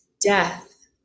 death